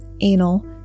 anal